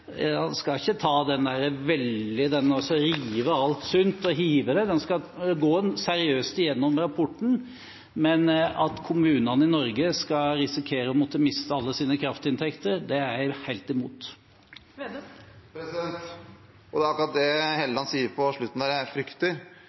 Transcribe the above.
skal ta den, rive alt sund og hive det. Man skal gå seriøst igjennom rapporten. Men at kommunene i Norge skal risikere å miste alle sine kraftinntekter, er jeg helt imot. Det er akkurat det Helleland sier på slutten der, jeg frykter